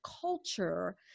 culture